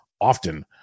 often